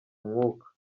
umwuka